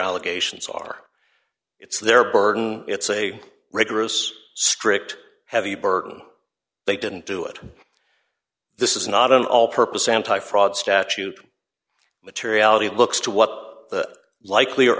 allegations are it's their burden it's a rigorous strict heavy burden they didn't do it this is not an all purpose anti fraud statute materiality looks to what likely